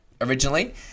originally